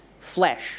flesh